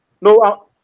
No